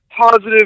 positive